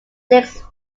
six